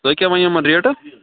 تۄہہِ کیاہ ؤنو یِمن ریٹہٕ